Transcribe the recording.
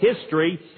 history